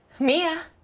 mia?